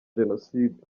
jenoside